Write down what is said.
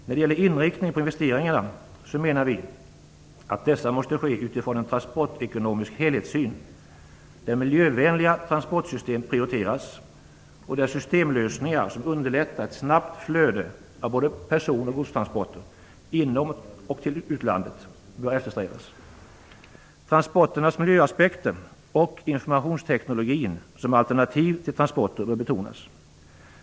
När det gäller inriktningen på investeringarna menar vi att dessa måste ske utifrån en transportekonomisk helhetssyn, där miljövänliga transportsystem prioriteras och där systemlösningar som underlättar ett snabbt flöde av både person och godstransporter - inom landet och till utlandet - bör eftersträvas. Transporternas miljöaspekter och informationsteknologin som alternativ till transporter bör betonas.